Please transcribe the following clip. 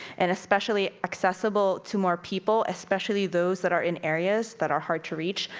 and especially, accessible to more people, especially those that are in areas that are hard to reach.